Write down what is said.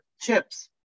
chips